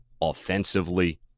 offensively